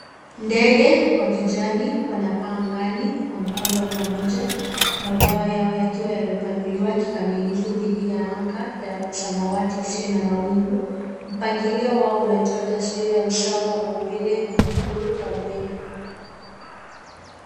Ndege wa kijani wanapaa angani kwa mkondo wa pamoja mabawa yao yakiwa yamepanuliwa kikamilifu dhidi ya anga ya samawati isiyo na mawingu. Mpangilio wao unatoa taswira ya usawa wa maumbile na uhuru wa mwendo.